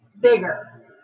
bigger